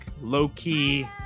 low-key